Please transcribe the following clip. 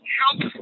help